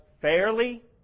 fairly